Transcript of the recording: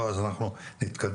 אז אנחנו נתקדם,